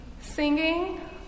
Singing